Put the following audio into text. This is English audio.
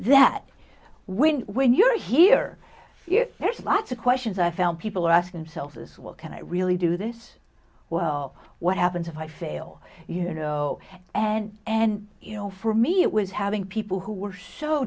that when when you're here yes there's lots of questions i found people ask themselves as well can i really do this well what happens if i fail you know and and you know for me it was having people who were s